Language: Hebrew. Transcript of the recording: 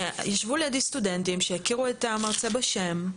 ישבו לידי סטודנטים שהכירו את המרצה בשם,